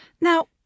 Now